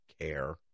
care